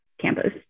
campus